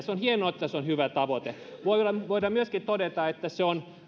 on hienoa se on hyvä tavoite voidaan myöskin todeta että se on